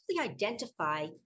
identify